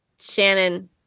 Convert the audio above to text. Shannon